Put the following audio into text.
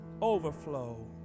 overflow